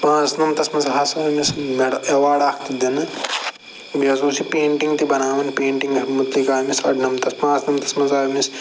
پانٛژھ نَمتَس مَنٛز ہَسا أمِس میٚڈٕ اٮ۪وارڈ اکھ دِنہِ بیٚیہِ حظ اوس یہِ پینٹِنٛگ تہِ بناوان پینتِنٛگ مُتعلِق آو أمِس ارنَمتَس پانٛژھ نَمتَس مَنٛز آو أمِس